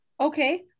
Okay